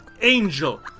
angel